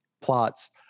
plots